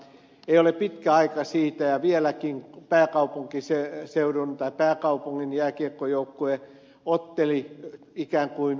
ei ole pitkä aika siitä kun pääkaupungin jääkiekkojoukkue otteli ikään kuin oluttölkkeinä